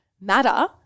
matter